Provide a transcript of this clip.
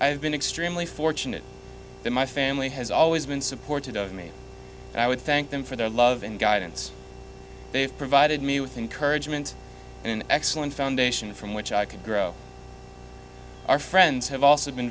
i've been extremely fortunate that my family has always been supportive of me and i would thank them for their love and guidance they've provided me with encouragement and an excellent foundation from which i can grow our friends have also been